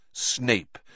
Snape